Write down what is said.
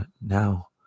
now